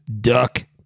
duck